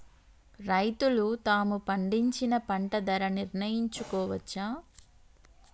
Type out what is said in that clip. రైతులు తాము పండించిన పంట ధర నిర్ణయించుకోవచ్చా?